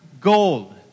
gold